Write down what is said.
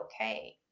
okay